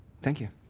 thank you.